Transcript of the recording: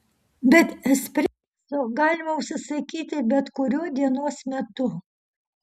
bet espreso galima užsisakyti bet kuriuo dienos metu